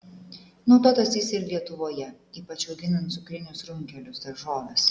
naudotas jis ir lietuvoje ypač auginant cukrinius runkelius daržoves